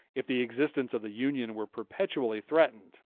if the existence of the union were perpetually threatened,